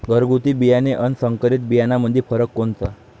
घरगुती बियाणे अन संकरीत बियाणामंदी फरक कोनचा?